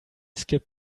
skip